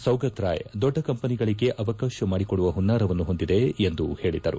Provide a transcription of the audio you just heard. ಸೌಗತರಾಯ್ ದೊಡ್ಡ ಕಂಪನಿಗಳಿಗೆ ಅವಕಾಶ ಮಾಡಿಕೊಡುವ ಹುನ್ನಾರವನ್ನು ಹೊಂದಿದೆ ಎಂದು ಹೇಳಿದರು